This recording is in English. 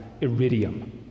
iridium